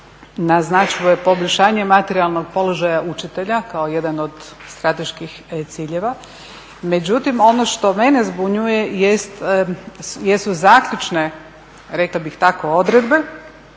naznačuje poboljšanje materijalnog položaja učitelja kao jedan od strateških ciljeva. Međutim, ono što mene zbunjuje jesu zaključne rekla bih tako odredbe